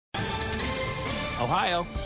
Ohio